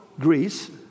Greece